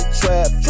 trap